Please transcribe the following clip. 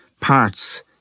parts